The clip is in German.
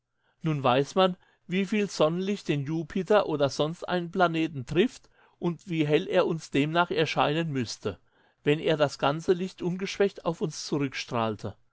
nun weiß man wie viel sonnenlicht den jupiter oder sonst einen planeten trifft und wie hell er uns demnach erscheinen müßte wenn er das ganze licht ungeschwächt auf uns